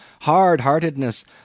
hard-heartedness